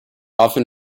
often